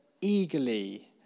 eagerly